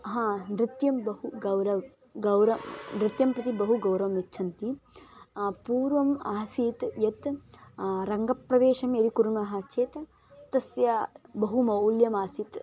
हा नृत्यं बहु गौरवः गौर नृत्यं प्रति बहु गौरवं यच्छन्ति पूर्वम् आसीत् यत् रङ्गप्रवेशं यदि कुर्मः चेत् तस्य बहु मौल्यमासीत्